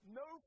no